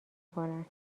کنن